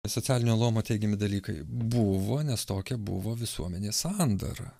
ir socialinio luomo teigiami dalykai buvo nes tokia buvo visuomenės sandara